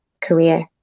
career